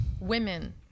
women